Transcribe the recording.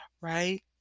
right